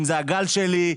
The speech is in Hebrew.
אם זה "הגל שלי",